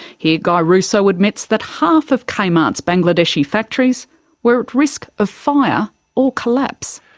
here guy russo admits that half of kmart's bangladeshi factories were at risk of fire or collapse.